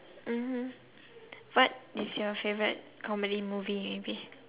mmhmm what is your favorite comedy movie maybe